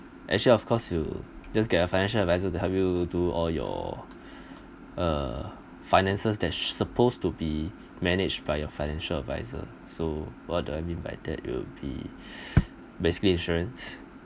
actually of course you just get a financial advisor to help you do all your uh finances there's supposed to be managed by your financial advisor so what do I mean by that it will be basically insurance